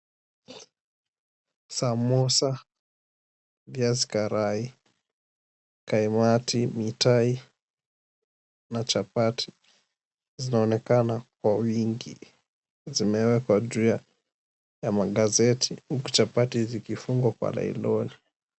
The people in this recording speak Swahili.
Samosa, viazi karai, kaimati, mitai na chapati zinaonekana kwa wingi. Zimewekwa juu ya magazeti, huku chapati zikifungwa kwa nailoni.